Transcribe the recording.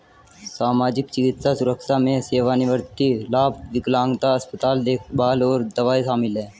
सामाजिक, चिकित्सा सुरक्षा में सेवानिवृत्ति लाभ, विकलांगता, अस्पताल देखभाल और दवाएं शामिल हैं